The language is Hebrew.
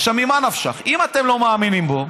ממה נפשך, אם אתם לא מאמינים בו,